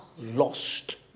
lost